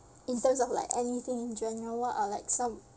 in terms of like anything in general what are like some